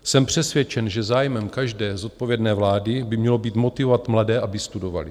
Jsem přesvědčen, že zájmem každé zodpovědné vlády by mělo být motivovat mladé, aby studovali.